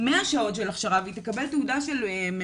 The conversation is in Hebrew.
100 שעות של הכשרה והיא תקבל תעודה של ממונה